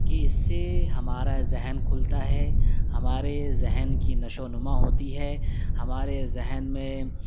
کہ اس سے ہمارا ذہن کھلتا ہے ہمارے ذہن کی نشوو نما ہوتی ہے ہمارے ذہن میں